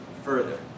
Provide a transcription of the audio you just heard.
Further